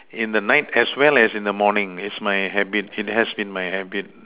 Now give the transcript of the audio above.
in the night as well as in the morning it's my habit it has been my habit